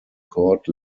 court